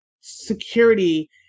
security